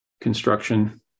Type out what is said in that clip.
construction